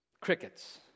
Crickets